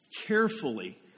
carefully